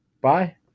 Bye